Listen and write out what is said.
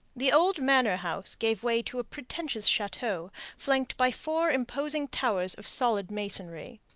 the old manor-house gave way to a pretentious chateau flanked by four imposing towers of solid masonry.